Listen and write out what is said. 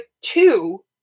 two